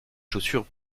chaussures